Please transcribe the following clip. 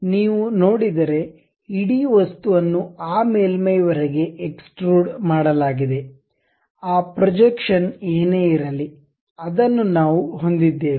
ಆದ್ದರಿಂದನೀವು ನೋಡಿದರೆ ಇಡೀ ವಸ್ತುವನ್ನು ಆ ಮೇಲ್ಮೈವರೆಗೆ ಎಕ್ಸ್ಟ್ರುಡ್ ಮಾಡಲಾಗಿದೆ ಆ ಪ್ರೊಜೆಕ್ಷನ್ ಏನೇ ಇರಲಿ ಅದನ್ನು ನಾವು ಹೊಂದಿದ್ದೇವೆ